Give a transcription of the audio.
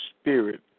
spirit